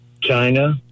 China